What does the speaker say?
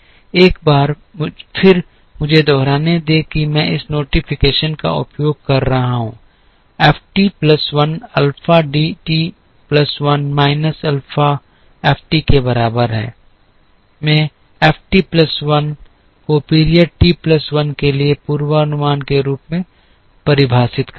एक बार फिर मुझे दोहराने दें कि मैं इस नोटिफिकेशन का उपयोग कर रहा हूं F T plus 1 alpha D T plus 1 minus alpha F T के बराबर है मैं एफ टी प्लस 1 को पीरियड टी प्लस 1 के लिए पूर्वानुमान के रूप में परिभाषित कर रहा हूं